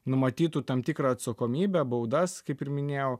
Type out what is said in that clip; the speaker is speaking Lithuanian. numatytų tam tikrą atsakomybę baudas kaip ir minėjau